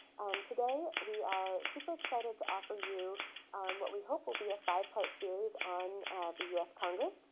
today, we are super-excited to offer you what we hope will be a five-part series on the u s. congress.